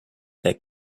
that